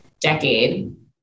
decade